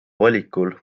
valikul